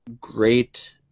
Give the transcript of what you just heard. great